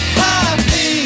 happy